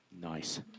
Nice